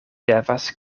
devas